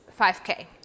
5K